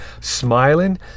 smiling